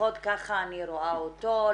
לפחות כך אני רואה אותו,